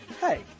Hey